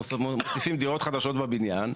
מוסיפים דירות חדשות בבניין,